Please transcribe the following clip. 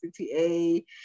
CTA